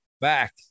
back